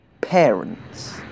parents